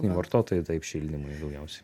vartotojai taip šildymui daugiausiai